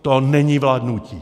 To není vládnutí.